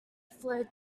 flowed